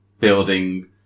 building